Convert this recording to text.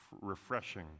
refreshing